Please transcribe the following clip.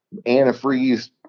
antifreeze